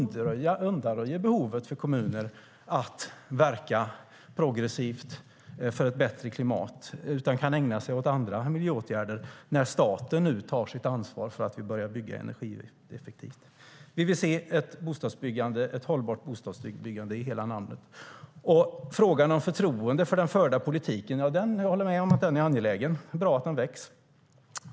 Det undanröjer behovet för kommuner att verka progressivt för ett bättre klimat, så att de kan ägna sig åt andra miljöåtgärder när staten nu tar sitt ansvar för att vi börjar bygga energieffektivt. Vi vill se ett hållbart bostadsbyggande i hela landet. Jag håller med om att frågan om förtroendet för den förda politiken är angelägen. Det är bra att den väcks.